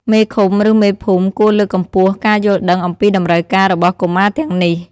មេឃុំឬមេភូមិគួរលើកកម្ពស់ការយល់ដឹងអំពីតម្រូវការរបស់កុមារទាំងនេះ។